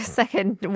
second